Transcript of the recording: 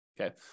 okay